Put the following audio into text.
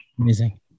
Amazing